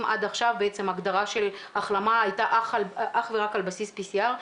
אם עד עכשיו בעצם הגדרה של החלמה הייתה אך ורק על בסיס PCR,